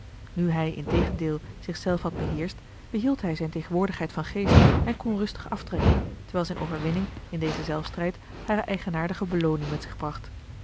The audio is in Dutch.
nu hij integendeel zich zelf had beheerscht behield hij zijne tegenwoordigheid van geest en kon rustig aftrekken terwijl zijne overwinning in dezen zelfstrijd hare eigenaardige belooning met zich bracht